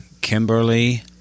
Kimberly